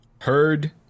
heard